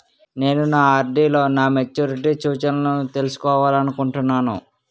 నేను నా ఆర్.డి లో నా మెచ్యూరిటీ సూచనలను తెలుసుకోవాలనుకుంటున్నాను